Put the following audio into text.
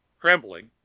Trembling